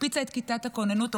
הקפיצה את כיתת הכוננות,